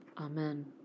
Amen